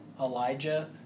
Elijah